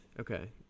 Okay